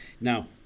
Now